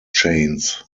chains